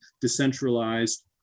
decentralized